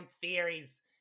Theories